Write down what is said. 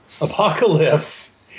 Apocalypse